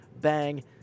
Bang